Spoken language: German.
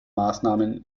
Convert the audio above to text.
maßnahmen